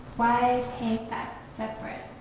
why paint that separate?